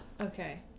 Okay